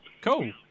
cool